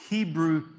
Hebrew